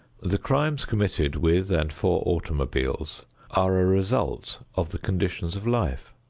the crimes committed with and for automobiles are a result of the conditions of life.